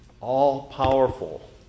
all-powerful